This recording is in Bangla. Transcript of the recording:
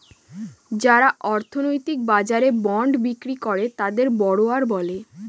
যারা অর্থনৈতিক বাজারে বন্ড বিক্রি করে তাকে বড়োয়ার বলে